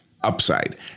upside